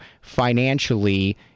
financially